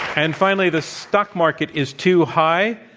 and finally, the stock market is too high.